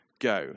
go